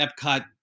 Epcot